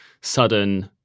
sudden